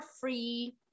free